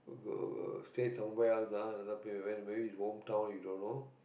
stay somewhere else ah another place went maybe is wrong town you don't know